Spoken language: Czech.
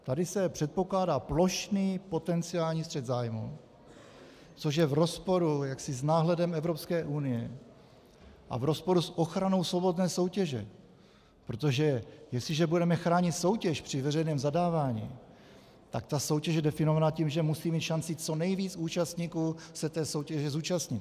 Tady se předpokládá plošný potenciální střet zájmů, což je v rozporu s náhledem Evropské unie a v rozporu s ochranou svobodné soutěže, protože jestliže budeme chránit soutěž při veřejném zadávání, tak ta soutěž je definovaná tím, že musí mít šanci co nejvíc účastníků se té soutěže zúčastnit.